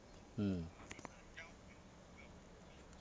mm